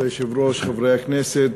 כבוד היושב-ראש, חברי הכנסת,